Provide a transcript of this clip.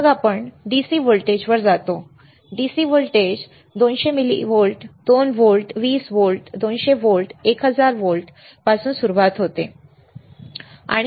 मग आपण DC व्होल्टेजवर जातो DC voltage 200 millivolt 2 volt 20 volt 200 volt एक 1000 व्होल्ट पासून सुरू होते